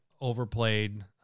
overplayed